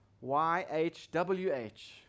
Y-H-W-H